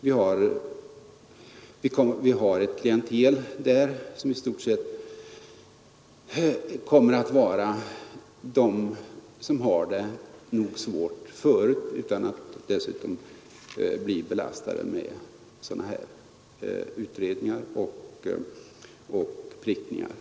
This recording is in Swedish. Vi har där ett klientel som har det svårt nog utan att dessutom bli belastat med sådana här utredningar och prickningar.